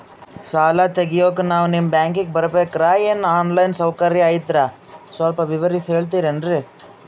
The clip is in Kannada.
ಸಾಲ ತೆಗಿಯೋಕಾ ನಾವು ನಿಮ್ಮ ಬ್ಯಾಂಕಿಗೆ ಬರಬೇಕ್ರ ಏನು ಆನ್ ಲೈನ್ ಸೌಕರ್ಯ ಐತ್ರ ಸ್ವಲ್ಪ ವಿವರಿಸಿ ಹೇಳ್ತಿರೆನ್ರಿ?